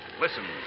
Listen